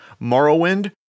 Morrowind